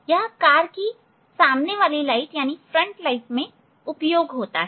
यह कार की सामने वाली लाइट में उपयोग होता है